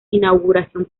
inauguración